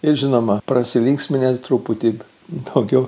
ir žinoma prasilinksminę truputį daugiau